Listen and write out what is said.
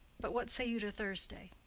but what say you to thursday?